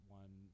one